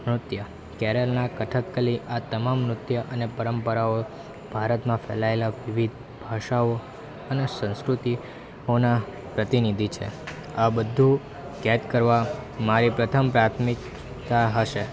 નૃત્ય કેરલના કથકલી આ તમામ નૃત્ય અને પરંપરાઓ ભારતમાં ફેલાયેલાં વિવિધ ભાષાઓ અને સંસ્કૃતિ ઓના પ્રતિનિધિ છે આ બધું કેદ કરવા મારી પ્રથમ પ્રાથમિકતા હશે